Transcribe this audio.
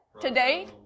today